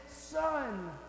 son